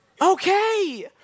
Okay